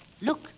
Look